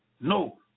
no